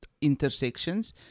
intersections